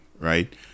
right